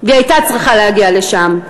והיא הייתה צריכה להגיע לשם.